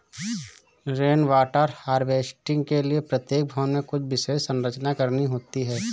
rain water harvesting के लिए प्रत्येक भवन में कुछ विशेष संरचना करनी होती है